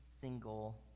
single